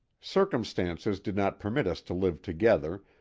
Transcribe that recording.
circumstances did not permit us to live together,